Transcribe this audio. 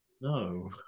No